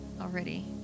already